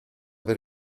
per